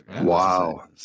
Wow